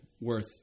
worth